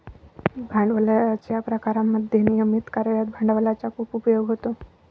भांडवलाच्या प्रकारांमध्ये नियमित कार्यरत भांडवलाचा खूप उपयोग होतो